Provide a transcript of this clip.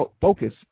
Focus